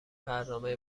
برنامه